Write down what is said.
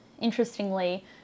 interestingly